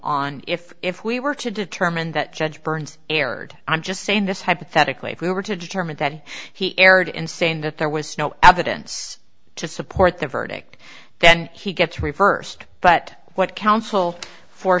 on if if we were to determine that judge burns erred i'm just saying this hypothetically if we were to determine that he erred in saying that there was no evidence to support the verdict then he gets reversed but what counsel for